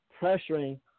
pressuring